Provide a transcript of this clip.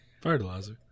Fertilizer